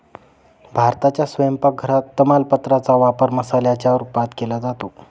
भारताच्या स्वयंपाक घरात तमालपत्रा चा वापर मसाल्याच्या रूपात केला जातो